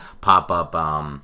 pop-up